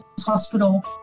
Hospital